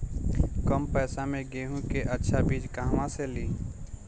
कम पैसा में गेहूं के अच्छा बिज कहवा से ली?